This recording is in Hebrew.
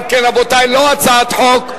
אם כן, רבותי, לא הצעת חוק,